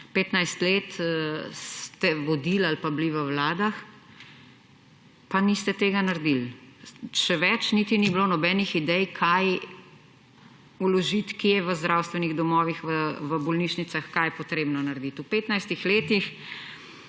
15 let ste vodili ali pa bili v vladah, pa niste tega naredili. Še več, niti ni bilo nobenih idej, kaj vložiti, kje, v zdravstvenih domovih, v bolnišnicah, kaj je treba narediti. V petnajstih